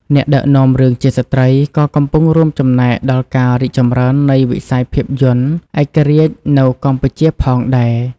អ្នកដឹកនាំរឿងជាស្ត្រីក៏កំពុងរួមចំណែកដល់ការរីកចម្រើននៃវិស័យភាពយន្តឯករាជ្យនៅកម្ពុជាផងដែរ។